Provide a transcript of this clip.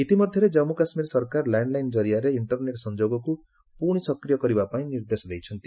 ଇତିମଧ୍ୟରେ କ୍ଜାମ୍ମ୍ରକାଶ୍କୀର ସରକାର ଲ୍ୟାଣ୍ଡଲାଇନ୍ କରିଆରେ ଇଣ୍ଟରନେଟ୍ ସଂଯୋଗକୁ ପୁଣି ସକ୍ରିୟ କରିବା ପାଇଁ ନିର୍ଦ୍ଦେଶ ଦେଇଛନ୍ତି